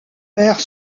père